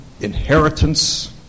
inheritance